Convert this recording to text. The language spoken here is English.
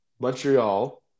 Montreal